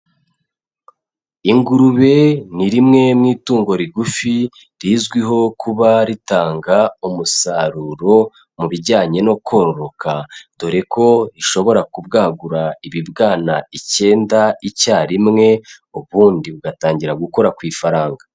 Ingurube ni rimwe mu itungo rigufi, rizwiho kuba ritanga umusaruro mu bijyanye no kororoka, dore ko ishobora kubwagura ibibwana icyenda icya rimwe, ubundi ugatangira gukora ku ifaranga.